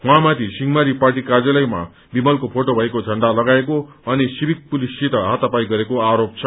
उहाँमाथि सिंहमारी पार्टी कार्यालयमा विमलको फोटो भएको झण्डा लगाएको अनि सिविल पुलिससित हाथापाई गरेको आरोप छ